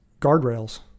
guardrails